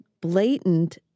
blatant